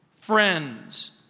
friends